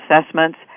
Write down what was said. Assessments